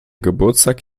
geburtstag